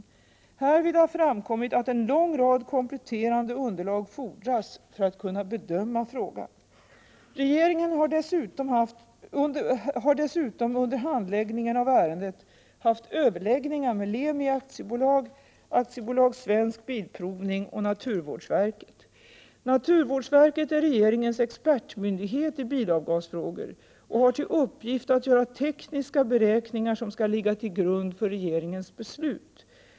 Härvid har framkommit att en lång rad kompletterande underlag fordras för att man skall kunna bedöma frågan. Regeringen har dessutom under handläggningen av ärendet haft överläggningar med Lemi AB, AB Svensk Bilprovning och naturvårdsverket. Naturvårdsverket är regeringens expertmyndighet i bilavgasfrågor och har till uppgift att göra tekniska beräkningar som skall ligga till grund för regeringens beslut.